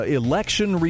election